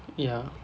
ya